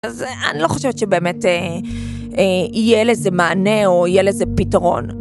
אז אני לא חושבת שבאמת יהיה לזה מענה או יהיה לזה פתרון.